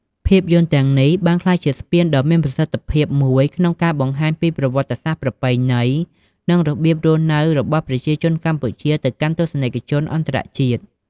ភាពយន្តទាំងនេះបានក្លាយជាស្ពានដ៏មានប្រសិទ្ធភាពមួយក្នុងការបង្ហាញពីប្រវត្តិសាស្ត្រ ប្រពៃណី និងរបៀបរស់នៅរបស់ប្រជាជនកម្ពុជាទៅកាន់ទស្សនិកជនអន្តរជាតិ។